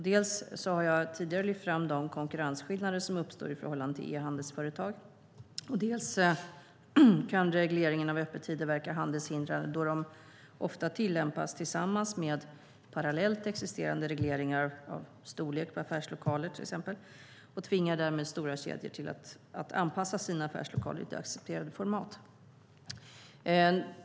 Dels har jag tidigare lyft fram de konkurrensskillnader som uppstår i förhållande till e-handelsföretag, dels kan regleringen av öppettider verka handelshindrande då de ofta tillämpas tillsammans med parallellt existerande regleringar av till exempel storlek på affärslokaler. Stora kedjor tvingas därmed anpassa sina affärslokaler till det accepterade formatet.